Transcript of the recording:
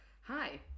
hi